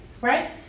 Right